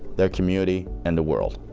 their community, and the world.